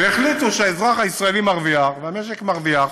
והחליטו שהאזרח הישראלי מרוויח והמשק מרוויח